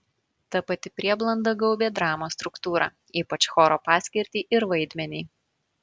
ta pati prieblanda gaubė dramos struktūrą ypač choro paskirtį ir vaidmenį